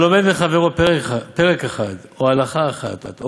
"הלומד מחברו פרק אחד או הלכה אחת או